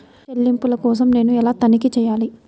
చెల్లింపుల కోసం నేను ఎలా తనిఖీ చేయాలి?